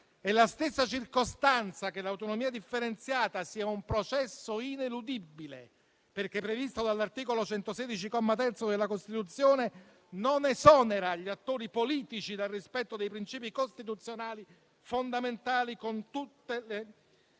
e la stessa circostanza che l'autonomia differenziata sia un processo ineludibile, perché previsto dall'articolo 116, comma 3, della Costituzione, non esonera gli attori politici dal rispetto dei principi costituzionali fondamentali cui tutte le